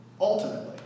ultimately